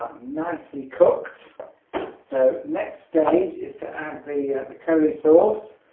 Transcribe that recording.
nicely cooked so next stage is to add the the curry sauce